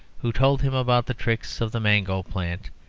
who told him about the tricks of the mango plant,